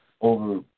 over